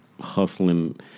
hustling